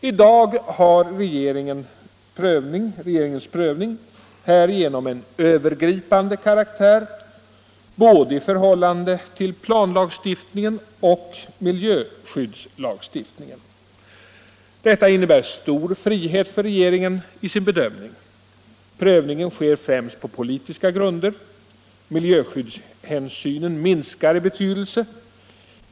I dag har regeringens prövning härigenom en övergripande karaktär i förhållande till både planlagstiftningen och miljöskyddslagstiftningen. Detta innebär stor frihet för regeringen i dess bedömning. Prövningen sker främst på politiska grunder. Miljöskyddshänsynen minskar i betydelse.